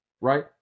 right